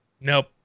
nope